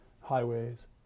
highways